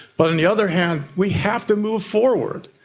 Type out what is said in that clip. but on the other hand we have to move forward.